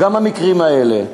גם המקרים האלה.